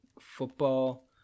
football